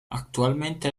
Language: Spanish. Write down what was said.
actualmente